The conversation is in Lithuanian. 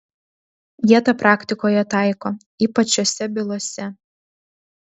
jie tą praktikoje taiko ypač šiose bylose